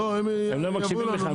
הם לא מקשיבים בכלל,